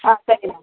ஆ சரிம்மா